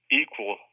equal